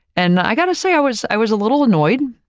and i gotta say, i was i was a little annoyed,